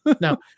No